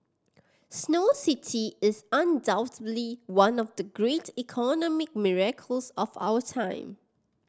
snow city is undoubtedly one of the great economic miracles of our time